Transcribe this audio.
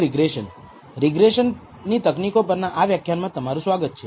રિગ્રેસનની તકનીકો પરના આ વ્યાખ્યાનમાં તમારુ સ્વાગત છે